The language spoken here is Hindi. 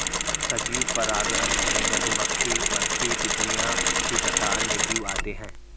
सजीव परागणक में मधुमक्खी, मक्खी, तितलियां, पक्षी तथा अन्य जीव आते हैं